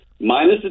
Minus